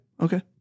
Okay